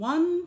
One